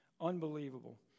Unbelievable